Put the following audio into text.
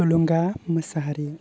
थुलुंगा मुसाहारि